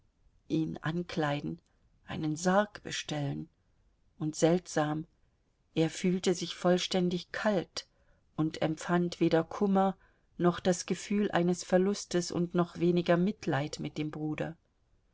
ihn ankleiden einen sarg bestellen und seltsam er fühlte sich vollständig kalt und empfand weder kummer noch das gefühl eines verlustes und noch weniger mitleid mit dem bruder